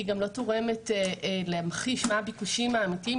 היא גם לא תורמת להמחיש מה הביקושים האמיתיים,